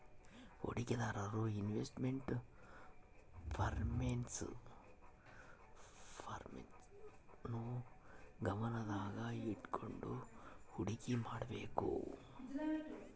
ಹೂಡಿಕೆದಾರರು investment performance ನ್ನು ಗಮನದಾಗ ಇಟ್ಕಂಡು ಹುಡಿಕೆ ಮಾಡ್ಬೇಕು